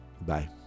Bye